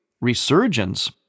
resurgence